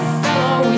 fellow